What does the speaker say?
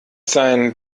sein